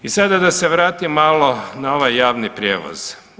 I sada da se vratim malo na ovaj javni prijevoz.